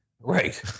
Right